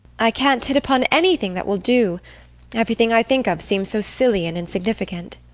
i can't hit upon anything that will do everything i think of seems so silly and insignificant.